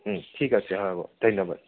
ঠিক আছে হ'ব ধন্য়বাদ